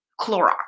Clorox